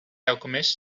alchemist